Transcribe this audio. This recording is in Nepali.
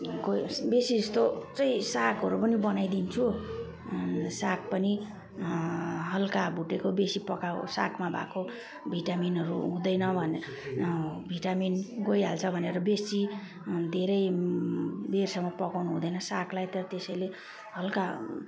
गो बेसी जस्तो चाहिँ सागहरू पनि बनाइदिन्छु साग पनि हल्का भुटेको बेसी पकाएको सागमा भएको भिटामिनहरू हुँदैन भने भिटामिन गइहाल्छ भनेर बेसी धेरै बेरसम्म पकाउनु हुँदैन सागलाई त त्यसैले हल्का